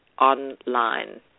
online